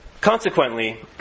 Consequently